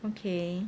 okay